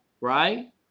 Right